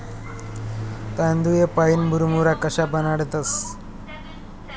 तांदूय पाईन मुरमुरा कशा बनाडतंस?